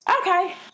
okay